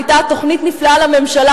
היתה תוכנית נפלאה לממשלה,